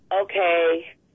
okay